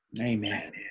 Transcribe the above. Amen